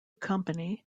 company